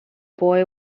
boy